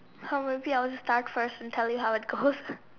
how maybe I'll just start first and tell you how it goes